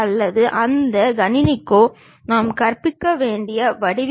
இது இரண்டு விதமாக பிரிக்கப்படுகிறது